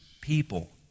people